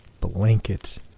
blanket